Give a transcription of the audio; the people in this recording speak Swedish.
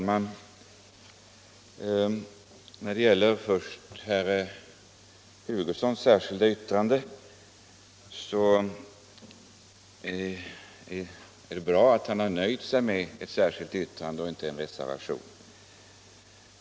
Herr talman! Till att börja med: Det är bra att herr Hugosson nöjt sig med ett särskilt yttrande och inte fogade en reservation till betänkandet.